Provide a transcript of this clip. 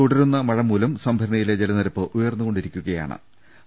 തുടരുന്ന മഴമൂലം സംഭരണിയിലെ ജലനിരപ്പ് ഉയർന്നുകൊണ്ടിരിക്കുകയാ ണ്